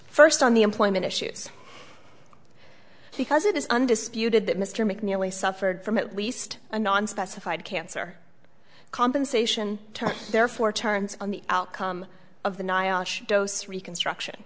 first on the employment issues because it is undisputed that mr mcneil a suffered from at least a non specified cancer compensation therefore turns on the outcome of the dose reconstruction